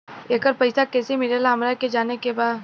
येकर पैसा कैसे मिलेला हमरा के जाने के बा?